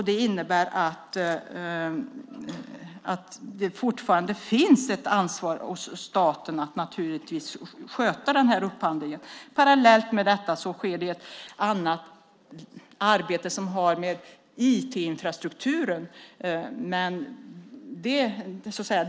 Det innebär att det fortfarande finns ett ansvar hos staten att sköta upphandlingen. Parallellt med detta sker ett annat arbete som rör IT-infrastrukturen.